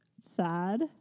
sad